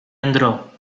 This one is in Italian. andrò